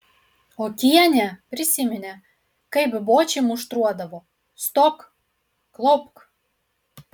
okienė prisiminė kaip bočį muštruodavo stok klaupk